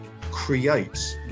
creates